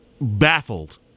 baffled